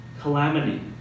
calamity